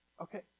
Okay